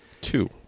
Two